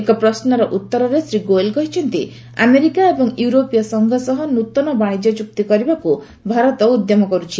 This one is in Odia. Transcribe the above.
ଏକ ପ୍ରଶ୍ୱର ଉତ୍ତରରେ ଶ୍ରୀ ଗୋୟଲ୍ କହିଛନ୍ତି ଆମେରିକା ଏବଂ ୟୁରୋପୀୟ ସଂଘ ସହ ନୃତନ ବାଣିଜ୍ୟ ଚୁକ୍ତି କରିବାକୁ ଭାରତ ଉଦ୍ୟମ କରୁଛି